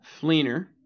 Fleener